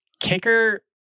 Kicker